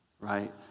right